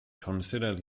considered